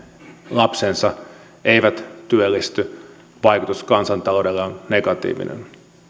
lapsensa eivät työllisty vaikutus kansantaloudelle on negatiivinen